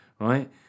right